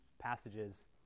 passages